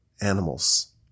animals